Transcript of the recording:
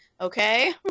okay